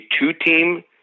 two-team